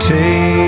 Take